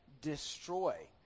destroy